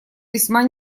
весьма